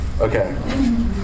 Okay